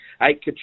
Eight